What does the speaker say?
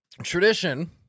Tradition